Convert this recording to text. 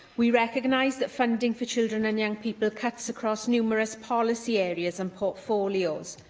we recognise that funding for children and young people cuts across numerous policy areas and portfolios.